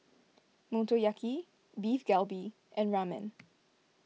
Motoyaki Beef Galbi and Ramen